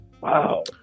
Wow